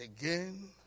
Again